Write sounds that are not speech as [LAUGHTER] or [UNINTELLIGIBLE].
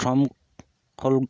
[UNINTELLIGIBLE]